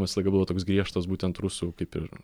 visą laiką buvo toks griežtas būtent rusų kaip ir